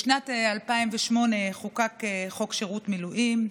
בשנת 2008 חוקק חוק שירות מילואים.